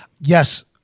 yes